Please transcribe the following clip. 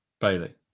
Bailey